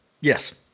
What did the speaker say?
Yes